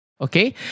Okay